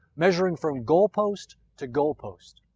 measuring from goal post to goal post.